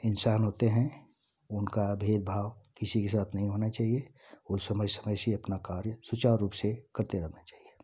इंसान होते हैं उनका भेदभाव किसी के साथ नहीं होना चाहिए और समय समय से अपना कार्य सुचारू रूप से करते रहना चाहिए